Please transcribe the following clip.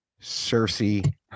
Cersei